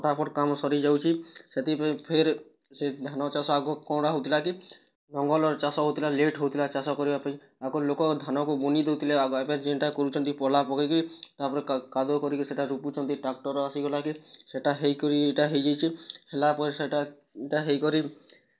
ଫଟାଫଟ୍ କାମ ସରି ଯାଉଛି ସେଥିପାଇଁ ଫେର୍ ସେ ଧାନ ଚାଷ ଆଗକୁ କ'ଣ ହଉଥିଲା କି ଲଙ୍ଗଲରେ ଚାଷ ହେଉଥିଲା ଲେଟ୍ ହେଉଥିଲା ଚାଷ କରିବା ପାଇଁ ଆଗରୁ ଲୋକ ଧାନକୁ ବୁଣି ଦେଉଥିଲେ ଏବେ ଯେଉଁଟା କହୁଛନ୍ତି ପହ୍ଲା ପକେଇ କି ତା'ପରେ କାଦୁଅ କରି ସେଟା ରୁପୁଛନ୍ତି ଟ୍ରାକ୍ଟର୍ ଆସିଗଲା କି ସେଟା ହେଇକରି ଏଇଟା ହେଇଯାଇଛି ହେଲା ପରେ ସେଟା ହେଇକରି